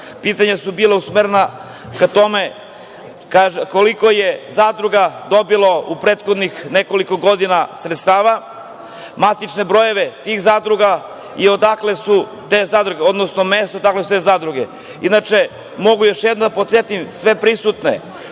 pitanja su bila usmerena ka tome koliko je zadruga dobilo u prethodnih nekoliko godina sredstava, matične brojeve tih zadruga i odakle su te zadruge, odnosno mesto odakle su te zadruge. Inače, mogu još jednom da podsetim sve prisutne